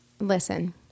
Listen